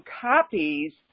copies